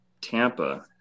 Tampa